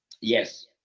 Yes